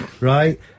Right